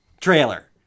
trailer